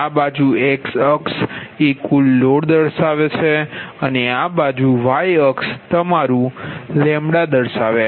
આ બાજુ x અક્ષ એ કુલ લોડ છે અને આ બાજુ y અક્ષ તમારું છે